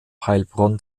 heilbronn